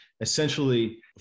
essentially